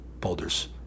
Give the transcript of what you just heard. Boulder's